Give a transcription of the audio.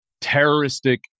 terroristic